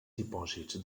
dipòsits